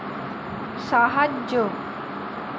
সাহায্য